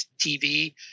TV